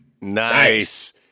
Nice